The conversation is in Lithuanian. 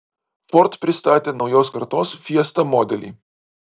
ford pristatė naujos kartos fiesta modelį